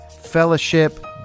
fellowship